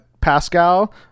Pascal